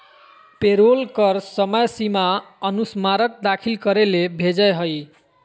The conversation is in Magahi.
पेरोल कर समय सीमा अनुस्मारक दाखिल करे ले भेजय हइ